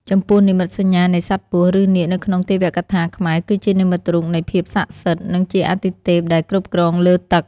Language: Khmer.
ចំពោះនិមិត្តសញ្ញានៃ សត្វពស់ ឬនាគនៅក្នុងទេវកថាខ្មែរ គឺជានិមិត្តរូបនៃភាពស័ក្តិសិទ្ធិ និងជាអាទិទេពដែលគ្រប់គ្រងលើទឹក។